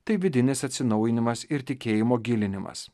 tai vidinis atsinaujinimas ir tikėjimo gilinimas